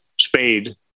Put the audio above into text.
spade